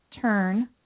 turn